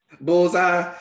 Bullseye